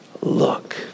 look